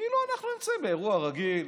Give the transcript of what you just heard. כאילו אנחנו נמצאים באירוע רגיל,